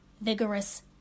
vigorous